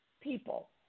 people